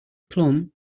plum